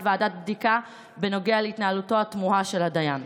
ועדת בדיקה בנוגע להתנהלותו התמוהה של הדיין?